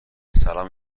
سلام